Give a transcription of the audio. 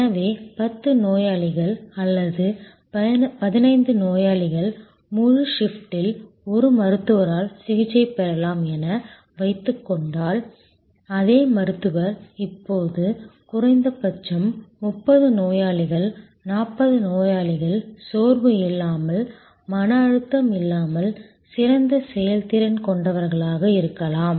எனவே 10 நோயாளிகள் அல்லது 15 நோயாளிகள் முழு ஷிப்டில் ஒரு மருத்துவரால் சிகிச்சை பெறலாம் என வைத்துக் கொண்டால் அதே மருத்துவர் இப்போது குறைந்தபட்சம் 30 நோயாளிகள் 40 நோயாளிகள் சோர்வு இல்லாமல் மன அழுத்தம் இல்லாமல் சிறந்த செயல்திறன் கொண்டவர்களாக இருக்கலாம்